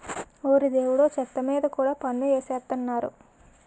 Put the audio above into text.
ఓరి దేవుడో చెత్త మీద కూడా పన్ను ఎసేత్తన్నారు